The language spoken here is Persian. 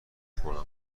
کنم